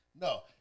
No